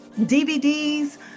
DVDs